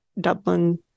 Dublin